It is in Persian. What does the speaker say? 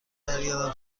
برگردم